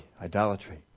idolatry